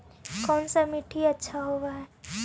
कोन सा मिट्टी अच्छा होबहय?